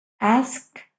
Ask